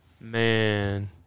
Man